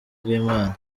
bw’imana